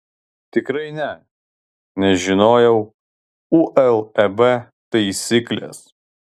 tikrai ne nes žinojau uleb taisykles